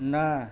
ନା